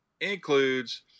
includes